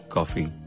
Coffee